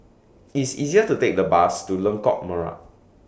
It's easier to Take The Bus to Lengkok Merak